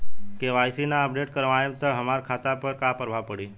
KYC ना update करवाएम त हमार खाता पर का प्रभाव पड़ी?